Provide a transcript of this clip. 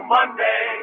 Monday